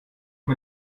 mit